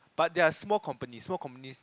but there are small companies small companies